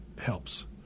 helps